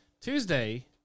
Tuesday